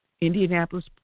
Indianapolis